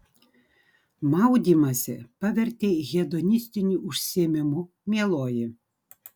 maudymąsi pavertei hedonistiniu užsiėmimu mieloji